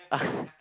ah